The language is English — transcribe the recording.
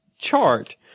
chart